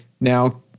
Now